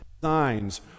signs